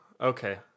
Okay